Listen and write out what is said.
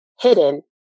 hidden